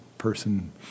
Person